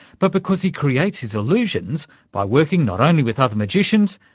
but because he creates his illusions by working not only with other magicians,